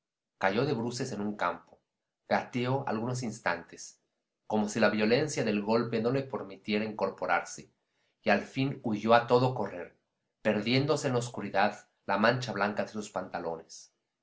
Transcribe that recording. cayó de bruces en un campo gateó algunos instantes como si la violencia del golpe no le permitiera incorporarse y al fin huyó a todo correr perdiéndose en la oscuridad la mancha blanca de sus pantalones